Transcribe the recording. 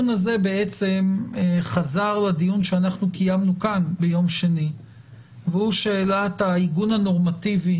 בעצם חזר לדיון שאנחנו קיימנו כאן ביום שני והוא שאלת העיגון הנורמטיבי